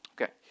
Okay